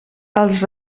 els